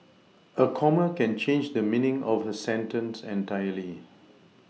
a comma can change the meaning of a sentence entirely